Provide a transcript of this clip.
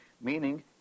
meaning